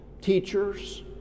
teachers